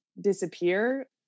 disappear